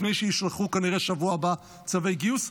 לפני שיישלחו כנראה בשבוע הבא צווי גיוס.